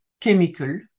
chemical